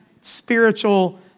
Spiritual